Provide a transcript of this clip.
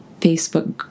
Facebook